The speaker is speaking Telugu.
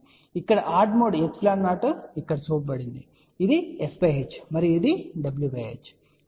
కాబట్టి ఇక్కడ ఆడ్ మోడ్ ε0 ఇక్కడ చూపబడింది ఇది s h మరియు ఇది w h